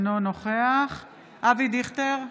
אינו נוכח אבי דיכטר,